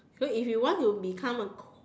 so if you want to become a